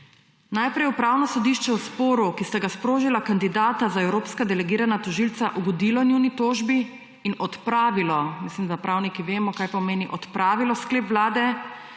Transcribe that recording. Najprej je Upravno sodišče v sporu, ki sta ga sprožila kandidata za evropska delegirana tožilca, ugodilo njuni tožbi in odpravilo – mislim, da pravniki vemo, kaj pomeni odpravilo – sklep Vlade,